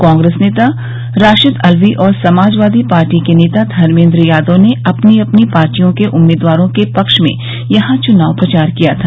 कांग्रेस नेता राशिद अल्वी और समाजवादी पार्टी के नेता धर्मेंद्र यादव ने अपनी अपनी पार्टियों के उम्मीदवारों के पक्ष में यहां चुनाव प्रचार किया था